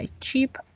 cheap